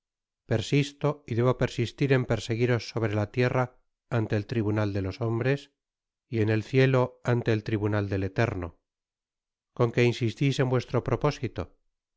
persisto y debo persistir en perseguiros sobre la tierra ante el tribunal de los hombres y en el cielo ante el tribunal del eterno con qué insistis en vuestro propósito